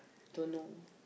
don't know